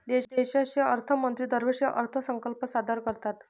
देशाचे अर्थमंत्री दरवर्षी अर्थसंकल्प सादर करतात